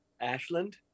Ashland